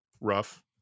Rough